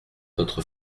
notre